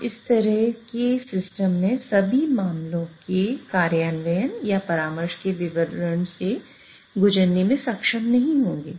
हम इस तरह के सिस्टम में सभी मामलों के कार्यान्वयन या परामर्श के विवरण से गुजरने में सक्षम नहीं होंगे